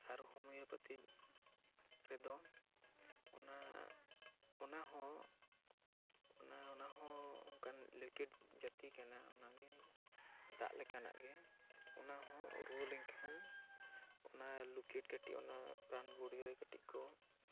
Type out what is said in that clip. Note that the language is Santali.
ᱟᱨ ᱦᱚᱢᱤᱭᱚᱯᱮᱛᱷᱤ ᱨᱮᱫᱚ ᱚᱱᱟ ᱚᱱᱟ ᱦᱚᱸ ᱚᱱᱟ ᱚᱱᱟ ᱦᱚᱸ ᱚᱱᱠᱟᱱ ᱞᱮᱠᱮᱴ ᱡᱟᱹᱛᱤ ᱠᱟᱱᱟ ᱚᱱᱟ ᱜᱮ ᱫᱟᱜ ᱞᱮᱠᱟᱱᱟᱜ ᱜᱮ ᱚᱱᱟ ᱦᱚᱸ ᱨᱩᱣᱟᱹ ᱞᱮᱱ ᱠᱷᱟᱱ ᱚᱱᱟ ᱞᱚᱠᱮᱴ ᱠᱟᱹᱴᱤᱡ ᱨᱟᱱ ᱜᱩᱲᱭᱩ ᱨᱮ ᱜᱮ ᱠᱚ